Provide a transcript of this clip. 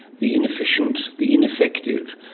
the inefficient, the ineffective.